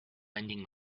lending